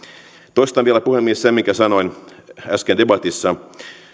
toistan vielä puhemies sen minkä sanoin äsken debatissa